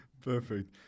Perfect